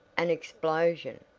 an explosion!